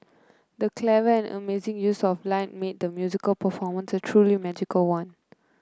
the clever and amazing use of lighting made the musical performance a truly magical one